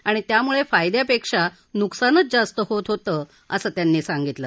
आणि त्यामुळे फायद्यापेक्षा नुकसानच जास्त होतं असं त्यांनी सांगितलं